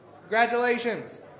Congratulations